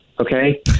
okay